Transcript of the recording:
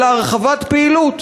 אלא הרחבת פעילות.